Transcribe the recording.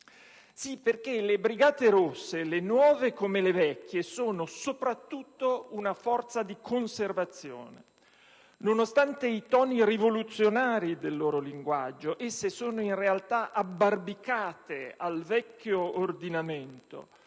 Sì, perché le Brigate rosse - le nuove come le vecchie - sono soprattutto una forza di conservazione. Nonostante i toni rivoluzionari del loro linguaggio, esse sono in realtà abbarbicate al vecchio ordinamento,